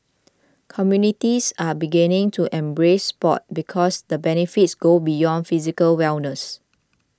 communities are beginning to embrace sport because the benefits go beyond physical wellness